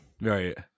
Right